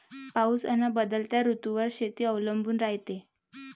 पाऊस अन बदलत्या ऋतूवर शेती अवलंबून रायते